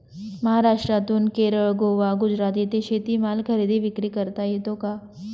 महाराष्ट्रातून केरळ, गोवा, गुजरात येथे शेतीमाल खरेदी विक्री करता येतो का?